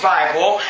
Bible